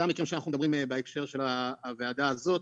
זה המקרים שאנחנו מדברים בהקשר של הוועדה הזאת.